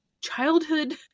childhood